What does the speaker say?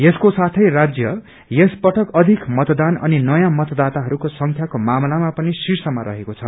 यसको साथै राज्य यस पटक अधिक मतदान अनि नयाँ मतदाताहरूको संख्याको मामलामा पनि शीप्रामा रहेको छ